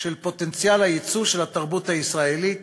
של פוטנציאל הייצוא של התרבות הישראלית